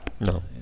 No